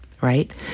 right